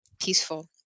peaceful